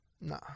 Nah